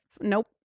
nope